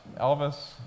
Elvis